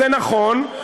זה נכון.